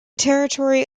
territory